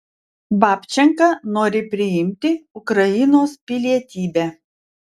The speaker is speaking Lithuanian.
babčenka nori priimti ukrainos pilietybę